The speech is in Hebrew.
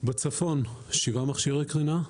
בצפון שבעה מכשירי קרינה,